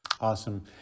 Awesome